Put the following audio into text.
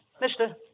Mister